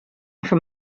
from